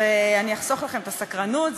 ואני אחסוך לכם את הסקרנות,